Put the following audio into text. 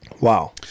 Wow